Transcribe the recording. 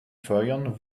feuern